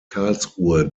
karlsruhe